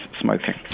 smoking